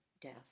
death